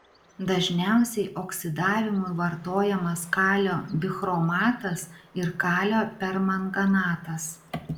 dažniausiai oksidavimui vartojamas kalio bichromatas ir kalio permanganatas